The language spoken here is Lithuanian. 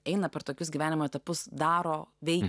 eina per tokius gyvenimo etapus daro bei